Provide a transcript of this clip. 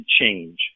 change